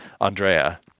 Andrea